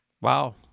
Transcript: Wow